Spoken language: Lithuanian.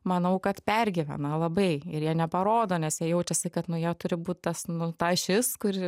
manau kad pergyvena labai ir jie neparodo nes jie jaučiasi kad nu jie turi būt tas nu ta ašis kuri